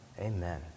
amen